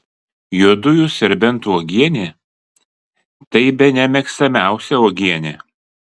juodųjų serbentų uogienė tai bene mėgstamiausia uogienė